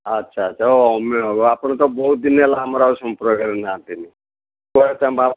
ଆଚ୍ଛା ଆଚ୍ଛା ଓହୋ ଅମିୟ ବାବୁ ଅପଣ ତ ବହୁତ ଦିନ ହେଲା ଆମର ଆଉ ସମ୍ପର୍କରେ ନାହାନ୍ତି କୁଆଡ଼େ